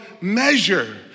measure